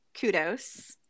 kudos